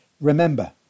Remember